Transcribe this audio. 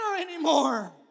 anymore